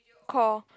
call